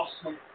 awesome